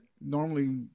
normally